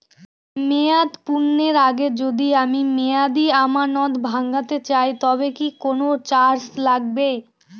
মেয়াদ পূর্ণের আগে যদি আমি মেয়াদি আমানত ভাঙাতে চাই তবে কি কোন চার্জ লাগবে?